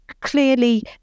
clearly